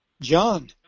John